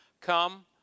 come